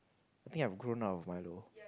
think I have grown out of milo